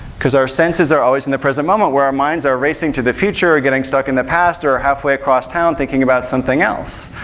because our senses are always in the present moment, where our minds are racing to the future or stuck in the past or halfway across town thinking about something else.